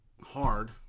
hard